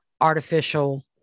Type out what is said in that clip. artificial